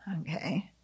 okay